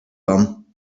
him